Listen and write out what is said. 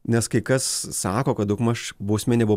nes kai kas sako kad daugmaž bausmė nebuvo